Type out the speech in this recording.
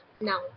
now